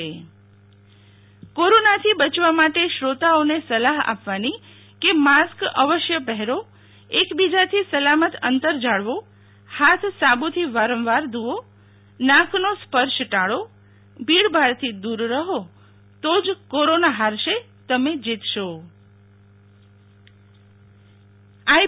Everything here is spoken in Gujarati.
શીતલ વૈશ્નવ કોરોના સલાહ કોરોના થી બચવા માટે શ્રોતાઓને સલાહ આપવાની કે માસક અવસ્ય પહેરો એકબીજા થી સલામત અંતર જાળવીએ હાથ સાબુ થી વારંવાર ધુ વો નાકનો સ્પર્શ ટાળો ભીડ ભાડ થી દુર રહી તો જ કોરોના હારશે તમે જીતશો શીતલ વૈશ્નવ આઈ